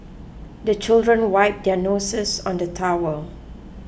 the children wipe their noses on the towel